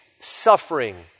suffering